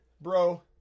bro